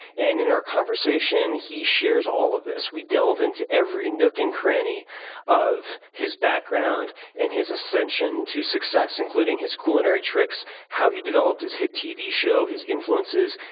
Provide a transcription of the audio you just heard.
and in our conversation, he shares all of this. we delve into every nook and cranny of his background and his ascension to success, including his culinary tricks, how he developed his hit tv show, his influences,